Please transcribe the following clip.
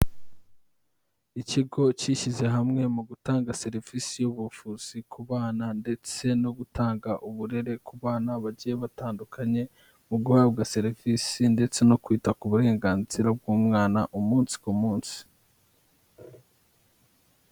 Ikigo cyishyize hamwe mu gutanga serivisi y'ubuvuzi ku bana ndetse no gutanga uburere ku bana bagiye batandukanye nko guhabwa serivisi ndetse no kwita ku burenganzira bw'umwana umunsi ku munsi.